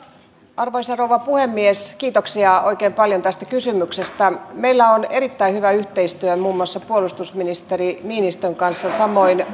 arvoisa rouva puhemies kiitoksia oikein paljon tästä kysymyksestä meillä on erittäin hyvä yhteistyö muun muassa puolustusministeri niinistön kanssa samoin